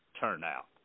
turnout